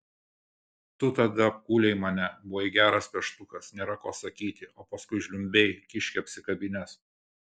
tu tada apkūlei mane buvai geras peštukas nėra ko sakyti o paskui žliumbei kiškį apsikabinęs